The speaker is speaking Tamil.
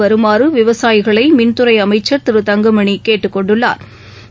வருமாறு விவசாயிகளை மின்துறை அமைச்சா் திரு தங்கமணி கேட்டுக் கொண்டுள்ளாா்